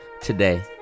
today